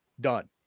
done